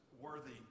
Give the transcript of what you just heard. worthy